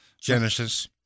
Genesis